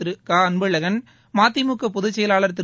திரு க அன்பழகன் மதிமுக பொதுச் செயலாள் திரு